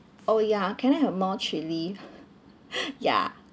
oh ya can I have more chilli ya